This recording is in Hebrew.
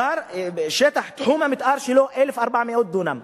שטח תחום המיתאר שלו, 1,400 דונם.